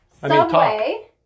Subway